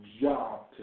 job